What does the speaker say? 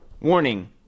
Warning